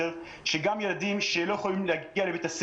מה לגבי ילדים שלא יכולים להגיע לא בגלל מחלה?